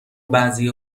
بعضی